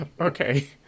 Okay